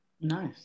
Nice